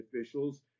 officials